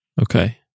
Okay